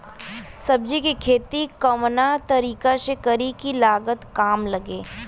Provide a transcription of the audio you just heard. सब्जी के खेती कवना तरीका से करी की लागत काम लगे?